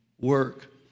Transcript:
work